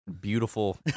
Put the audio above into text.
beautiful